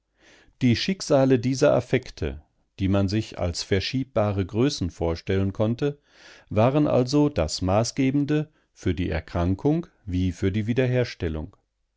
die schicksale dieser affekte die man sich als verschiebbare größen vorstellen konnte waren also das maßgebende für die erkrankung wie für die wiederherstellung